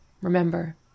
Remember